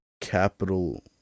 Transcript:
capital